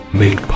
make